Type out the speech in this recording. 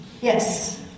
Yes